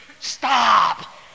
stop